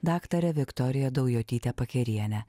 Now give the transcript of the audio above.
daktare viktorija daujotyte pakeriene